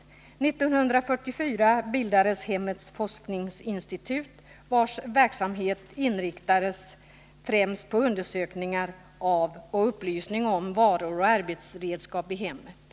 1944 bildades Hemmets forskningsinstitut, vars verksamhet inriktades främst på undersökningar av och upplysning om varor och arbetsredskap i hemmet.